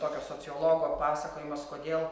tokio sociologo pasakojimas kodėl